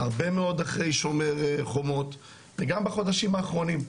הרבה מאוד אחרי שומר חומות וגם בחודשים האחרונים.